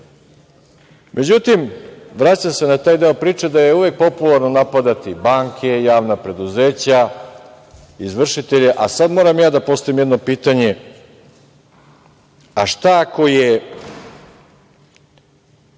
sud.Međutim, vraćam se na taj deo priče da je uvek popularno napadati banke, javna preduzeća, izvršitelje. A sad moram i ja da postavim jedno pitanje – šta ako je